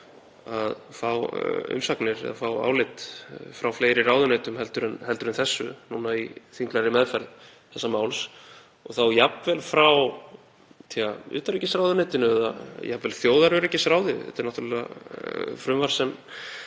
að fá umsagnir eða fá álit frá fleiri ráðuneytum heldur en þessu núna í þinglegri meðferð þessa máls og þá jafnvel frá utanríkisráðuneytinu eða þjóðaröryggisráði. Þetta er náttúrlega frumvarp